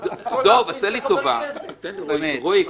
דב, עשה לי טובה, בקצרה.